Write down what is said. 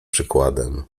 przykładem